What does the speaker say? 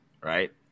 Right